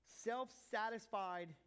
Self-satisfied